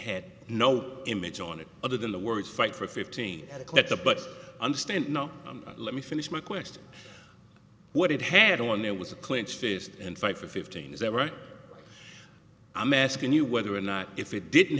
it other than the words fight for fifteen at a clip the but understand no let me finish my question what it had on there was a clinched fist and fight for fifteen is that right i'm asking you whether or not if it didn't